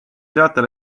teatel